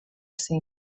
cinc